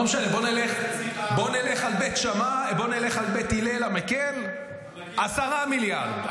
לא משנה, בוא נלך על בית הילל המקל, 11 מיליארד.